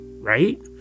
Right